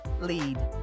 lead